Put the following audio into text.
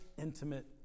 intimate